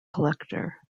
collector